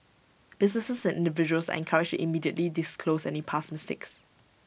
businesses and individuals are encouraged immediately disclose any past mistakes